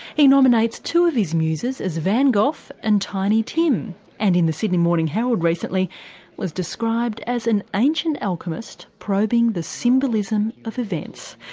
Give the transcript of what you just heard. he nominates two of his muses as van gogh and tiny tim and in the sydney morning herald recently was described as an ancient alchemist probing the symbolism of events.